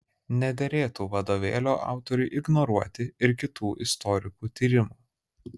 nederėtų vadovėlio autoriui ignoruoti ir kitų istorikų tyrimų